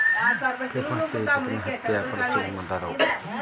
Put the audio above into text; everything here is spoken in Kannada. ಪಿಮಾ ಹತ್ತಿ, ಈಜಿಪ್ತಿಯನ್ ಹತ್ತಿ, ಅಪ್ಲ್ಯಾಂಡ ಹತ್ತಿ ಮುಂತಾದವು